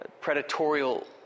predatorial